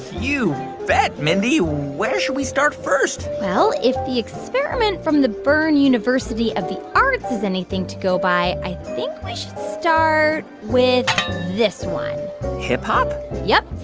you bet, mindy. where should we start first? well, if the experiment from the bern university of the arts is anything to go by, i think we should start with this one hip-hop yep.